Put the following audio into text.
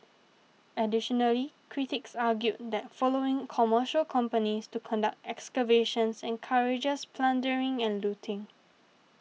additionally critics argued that allowing commercial companies to conduct excavations encourages plundering and looting